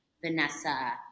Vanessa